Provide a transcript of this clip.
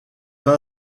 pas